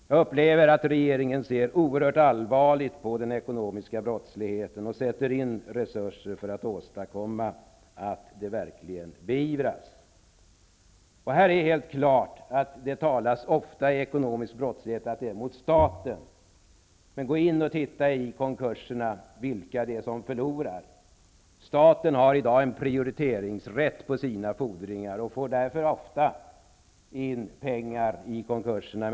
Jag upplever att regeringen ser oerhört allvarligt på den ekonomiska brottsligheten och sätter in resurser för att åstadkomma att den verkligen beivras. Det talas ofta om att ekonomisk brottslighet drabbar staten, men om man undersöker vilka som förlorar på konkurserna finner man att staten på grund av att den har en prioriteringsrätt på sina fordringar ofta får in sina pengar i konkurserna.